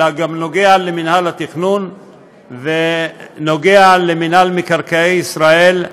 אלא גם למינהל התכנון ולמינהל מקרקעי ישראל.